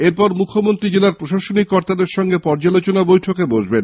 এরপরে মুখ্যমন্ত্রী জেলার প্রশাসনিক কর্তাদের সঙ্গে পর্যালোচনা বৈঠকে মিলিত হবেন